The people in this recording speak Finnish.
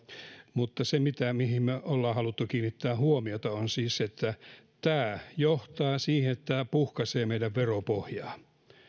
mutta se mihin me olemme halunneet kiinnittää huomiota on siis se että tämä johtaa siihen että tämä puhkaisee meidän veropohjaa